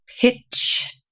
pitch